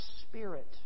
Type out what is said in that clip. Spirit